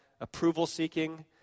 approval-seeking